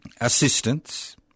assistance